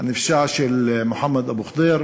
הנפשע של מוחמד אבו ח'דיר